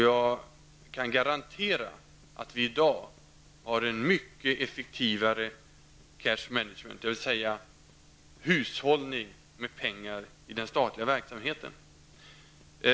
Jag kan garantera att vi i dag har en mycket effektivare cash management, dvs. hushållning med pengar i den statliga verksamheten, än tidigare.